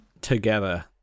together